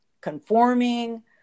conforming